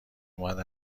اومد